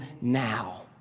now